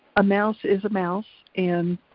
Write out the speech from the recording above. a mouse is a mouse and